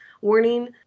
warning